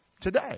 Today